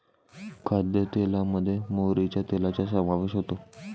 खाद्यतेलामध्ये मोहरीच्या तेलाचा समावेश होतो